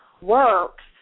works